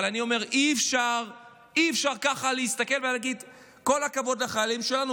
אבל אני אומר: אי-אפשר ככה להסתכל ולהגיד: כל הכבוד לחיילים שלנו,